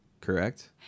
correct